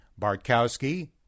Bartkowski